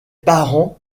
parents